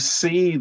see